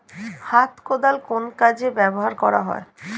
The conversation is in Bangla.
হাত কোদাল কোন কাজে ব্যবহার করা হয়?